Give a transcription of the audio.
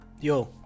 yo